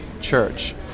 church